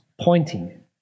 pointing